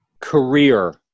career